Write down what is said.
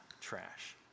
trash